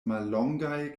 mallongaj